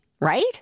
right